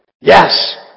Yes